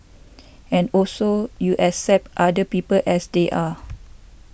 and also you accept other people as they are